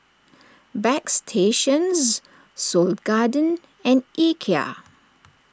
Bagstationz Seoul Garden and Ikea